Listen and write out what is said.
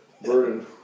burden